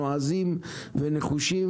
נועזים ונחושים,